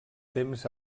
temps